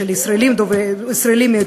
של ישראלים מאתיופיה,